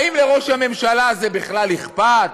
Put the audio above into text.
האם לראש הממשלה זה בכלל אכפת,